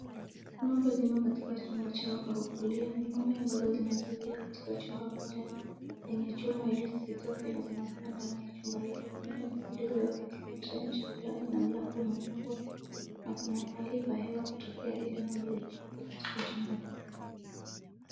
Ng'ombe zimo katika chumba chao pa kukulia, ni ng'ombe amabazo zimezuiwa kwa chumba moja yenye chuma ili zisitoke na zimefungwa ndani ya chumba hilo, kuna nyasi zilizowekwa katika trench fulani na mlango umefungwa na kuna pahali pa hewa kutokea ili ng'ombe zisikufe katika chumba hicho.